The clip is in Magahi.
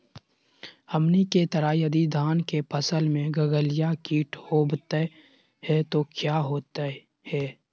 हमनी के तरह यदि धान के फसल में गलगलिया किट होबत है तो क्या होता ह?